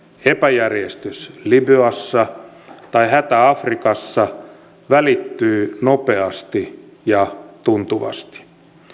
epäjärjestys libyassa tai hätä afrikassa välittyy nopeasti ja tuntuvasti